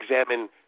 examine